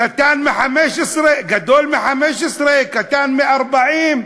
קטן מ-15, גדול מ-15, קטן מ-40.